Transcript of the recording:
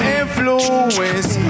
influence